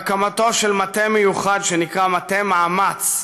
על הקמתו של מטה מיוחד שנקרא "מטה מאמץ",